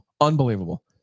Unbelievable